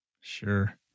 sure